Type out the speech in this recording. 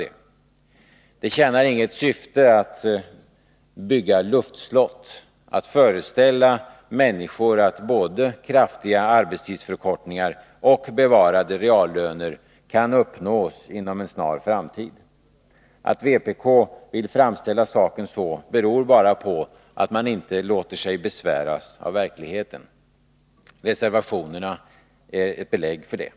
Det tjänar inget syfte att bygga luftslott — att föreställa människor att både kraftiga arbetstidsförkortningar och bevarade reallöner kan uppnås inom en snar framtid. Att vpk vill framställa saken så beror bara på att man inte låter sig besväras av verkligheten. Reservationerna är ett belägg för detta.